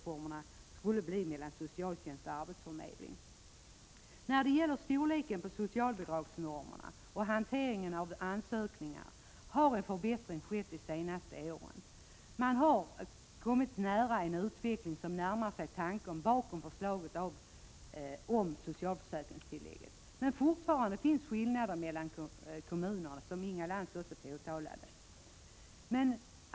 De senaste åren har det skett förbättringar i fråga om storleken på socialbidragsnormen och hanteringen av ansökningarna. Utvecklingen närmar sig de mål som angavs i förslaget om socialförsäkringstillägget. Som också Inga Lantz påpekade finns dock skillnader mellan kommunernas socialbidragsnormer.